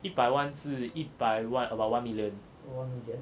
一百万是一百万 about one million